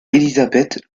elisabeth